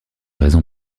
raisons